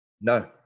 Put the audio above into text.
No